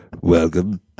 Welcome